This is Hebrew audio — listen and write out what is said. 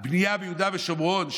על בנייה ביהודה ושומרון,